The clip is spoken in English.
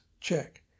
Check